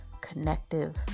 connective